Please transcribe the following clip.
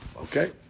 Okay